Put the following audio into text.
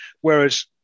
whereas